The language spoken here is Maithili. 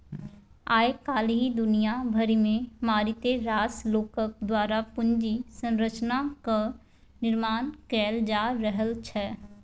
आय काल्हि दुनिया भरिमे मारिते रास लोकक द्वारा पूंजी संरचनाक निर्माण कैल जा रहल छै